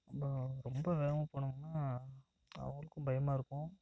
நம்ம ரொம்ப வேகமாக போனோமுன்னா அவங்களுக்கும் பயமாக இருக்கும்